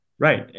Right